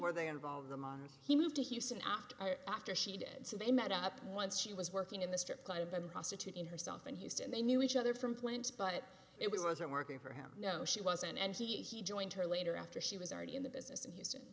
where they involve the hmong he moved to houston after after she did so they met up once she was working in the strip club and prostituting herself in houston they knew each other from plants but it wasn't working for him no she wasn't and he joined her later after she was already in the business in houston